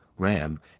RAM